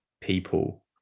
people